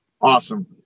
Awesome